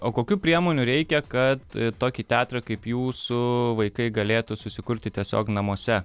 o kokių priemonių reikia kad tokį teatrą kaip jūsų vaikai galėtų susikurti tiesiog namuose